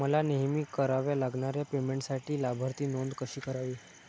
मला नेहमी कराव्या लागणाऱ्या पेमेंटसाठी लाभार्थी नोंद कशी करावी?